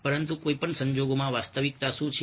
પરંતુ કોઈ પણ સંજોગોમાં વાસ્તવિકતા શું છે